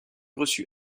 reçu